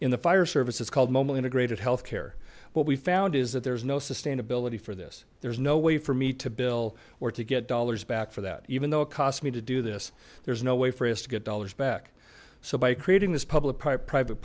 in the fire service is called momo integrated health care what we found is that there's no sustainability for this there's no way for me to bill or to get dollars back for that even though it cost me to do this there's no way for us to get dollars back so by creating this public private